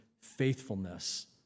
faithfulness